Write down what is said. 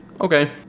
Okay